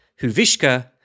Huvishka